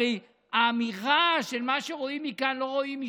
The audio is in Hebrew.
הרי האמירה שמה שרואים מכאן לא רואים משם,